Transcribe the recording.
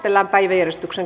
asia